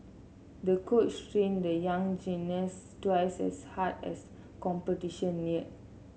the coach trained the young gymnast twice as hard as competition neared